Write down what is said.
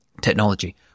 technology